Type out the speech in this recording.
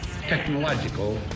technological